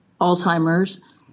Alzheimer's